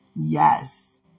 Yes